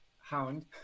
hound